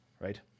Right